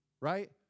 right